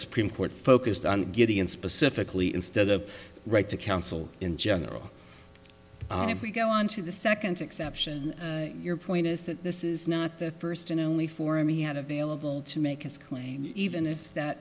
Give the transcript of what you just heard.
supreme court focused on getting in specifically instead of right to counsel in general if we go on to the second exception your point is that this is not the first and only forum he had available to make his claim even if that